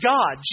God